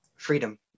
Freedom